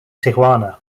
tijuana